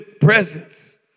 presence